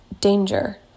danger